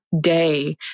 day